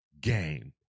game